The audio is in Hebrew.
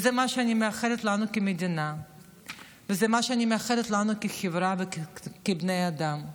זה מה שאני מאחלת לנו כמדינה וזה מה שאני מאחלת לנו כחברה וכבני אדם.